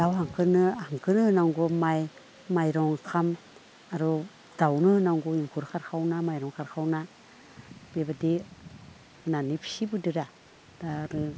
दाउ हांसोनो होनांगौ माइ माइरं ओंखाम आरो दाउनो होनांगौ एंखुर सारखावना माइरं सारखावना बेबायदि होननानै फिसिबोदोंरा दा आरो